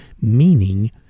meaning